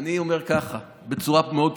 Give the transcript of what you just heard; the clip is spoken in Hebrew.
אני אומר ככה בצורה מאוד פשוטה: